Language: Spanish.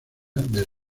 desde